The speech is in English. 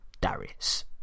Darius